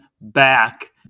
back